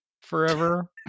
Forever